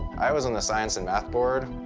i was on the science and math board.